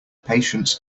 patience